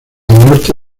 norte